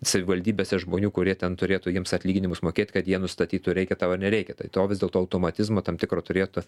savivaldybėse žmonių kurie ten turėtų jiems atlyginimus mokėt kad jie nustatytų reikia tau ar nereikia tai to vis dėlto automatizmo tam tikro turėtų